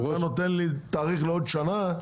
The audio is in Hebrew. ואתה נותן לי תאריך לעוד שנה,